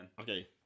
Okay